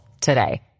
today